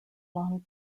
long